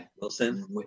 Wilson